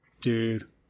Dude